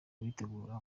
kubitegura